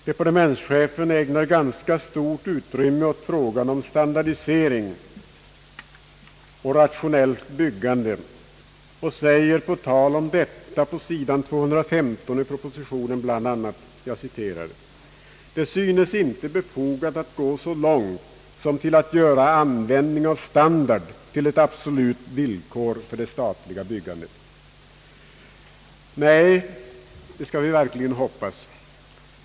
Departementschefen ägnar ganska stort utrymme åt problemet om standardisering och rationellt byggande. På s. 215 i propositionen sägs bl.a. på tal härom: »Det synes inte befogat att gå så långt som till att göra användning av standard till ett absolut villkor för det statliga stödet.» Nej, det skall vi verkligen hoppas!